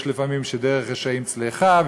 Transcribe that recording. יש לפעמים שדרך רשעים צלחה,